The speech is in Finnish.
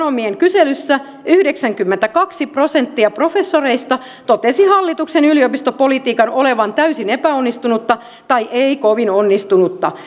sanomien kyselyssä yhdeksänkymmentäkaksi prosenttia professoreista totesi hallituksen yliopistopolitiikan olevan täysin epäonnistunutta tai ei kovin onnistunutta